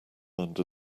under